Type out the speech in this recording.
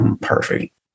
Perfect